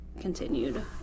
continued